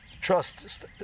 trust